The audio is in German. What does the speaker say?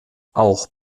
auch